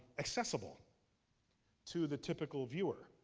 accessible to the typical viewer.